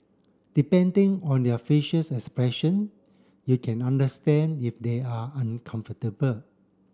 depending on their facials expression you can understand if they are uncomfortable